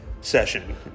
session